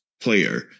player